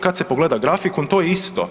Kad se pogleda grafikon, to je isto.